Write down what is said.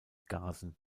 gasen